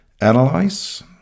Analyze